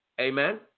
Amen